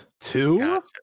Two